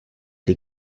die